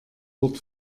wort